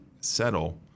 settle